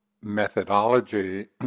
methodology